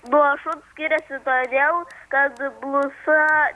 nuo šuns skiriasi todėl kad blusa